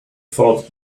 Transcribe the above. thought